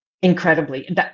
Incredibly